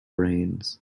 brains